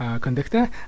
conductor